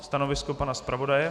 Stanovisko pana zpravodaje?